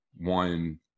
one